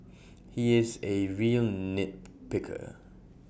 he is A real nit picker